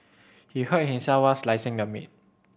he hurt himself while slicing the meat